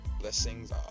blessings